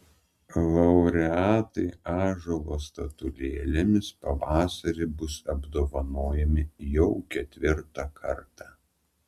laureatai ąžuolo statulėlėmis pavasarį bus apdovanojami jau ketvirtą kartą